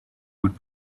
would